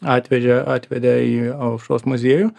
atvežė atvedė į aušros muziejų